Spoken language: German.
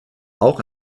auch